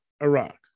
Iraq